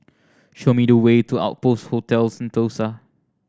show me the way to Outpost Hotel Sentosa